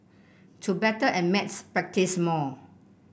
to better at maths practise more